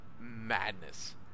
madness